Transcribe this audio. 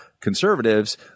conservatives